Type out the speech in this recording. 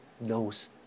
knows